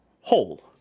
whole